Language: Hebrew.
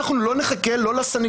אנחנו לא נחכה לא לסניגוריה,